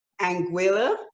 anguilla